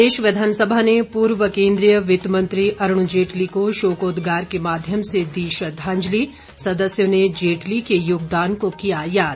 प्रदेश विधानसभा ने पूर्व केंद्रीय वित्त मंत्री अरूण जेटली को शोकोदगार के माध्यम से दी श्रद्दांजलि सदस्यों ने जेटली के योगदान को किया याद